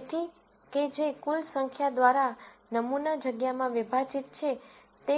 તેથી કે જે કુલ સંખ્યા દ્વારા નમૂના જગ્યામાં વિભાજિત છે તે